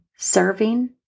serving